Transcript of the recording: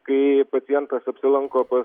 kai pacientas apsilanko pas